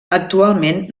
actualment